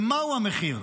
ומהו המחיר?